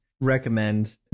recommend